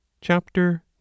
Chapter